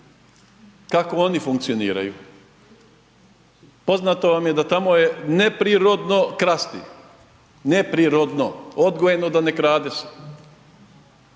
kako oni funkcioniraju, poznato vam je da tamo je neprirodno krasti, neprirodno, odgojeno da ne krade se.